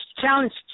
challenged